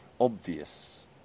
obvious